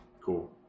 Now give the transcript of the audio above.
Cool